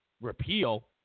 repeal